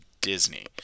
Disney